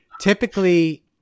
Typically